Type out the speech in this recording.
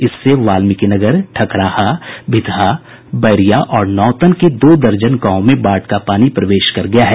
इससे वाल्मिकी नगर ठकराहा भितहा बैरिया और नौतन के दो दर्जन गांवों में बाढ़ का पानी प्रवेश कर गया है